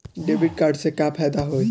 Debit card से का फायदा होई?